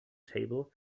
table